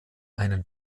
einen